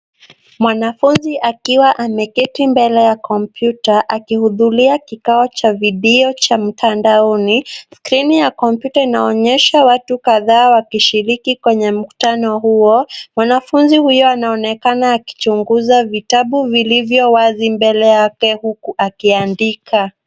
Mwanafunzi akiwa ameketi mbele ya kompyuta akihudhuria kikao cha video cha mtandaoni, skrini ya kompyuta inaonyesha watu kadhaa wakishiriki kwenye mkutano huo, mwanafunzi huyo anaonekana akichunguza vitabu vilivyowazi mbele yake huku akiandika.